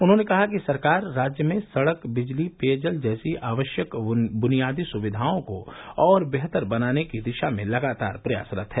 उन्होंने कहा कि सरकार राज्य में सड़क बिजली पेयजल जैसी आवश्यक बुनियादी सुविधाओं को और बेहतर बनाने की दिशा में लगातार प्रयासरत है